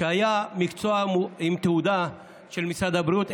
זה היה מקצוע עם תעודה של משרד הבריאות,